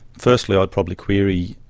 firstly i'd probably query,